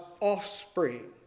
offspring